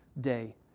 day